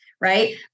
right